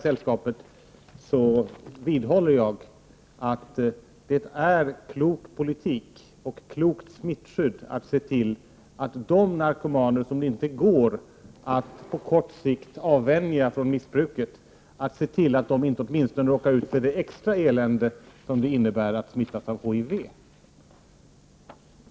Jag vidhåller att klok politik och klokt smittskydd är att se till, att de narkomaner som på kort sikt inte kan avvänja sig från missbruket åtminstone inte råkar ut för det extra elände som det innebär att smittas av HIV.